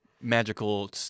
Magical